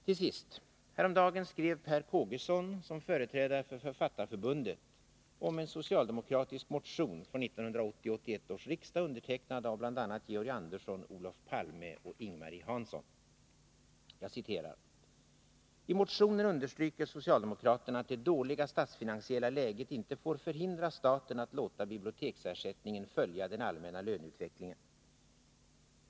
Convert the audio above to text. Till sist: Häromdagen skrev Per Kågeson som företrädare för Författarförbundet om en socialdemokratisk motion till 1980/81 års riksmöte, undertecknad av Georg Andersson, Olof Palme och Ing-Marie Hansson: ”I motionen understryker socialdemokraterna att det dåliga statsfinansiella läget inte får förhindra staten att låta biblioteksersättningen följa den allmänna löneutvecklingen.